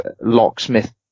locksmith